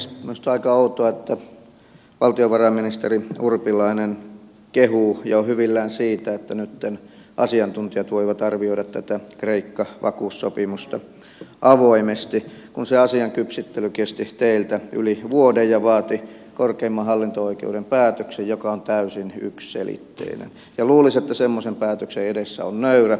minusta on aika outoa että valtiovarainministeri urpilainen kehuu ja on hyvillään siitä että nytten asiantuntijat voivat arvioida tätä kreikka vakuussopimusta avoimesti kun se asian kypsyttely kesti teiltä yli vuoden ja vaati korkeimman hallinto oikeuden päätöksen joka on täysin yksiselitteinen ja luulisi että semmoisen päätöksen edessä on nöyrä